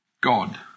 God